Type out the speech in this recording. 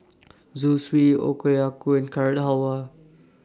Zosui Okayu Carrot Halwa